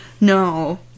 No